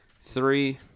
three